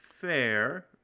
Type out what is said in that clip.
Fair